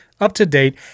up-to-date